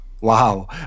Wow